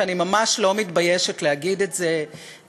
ואני ממש לא מתביישת להגיד את זה,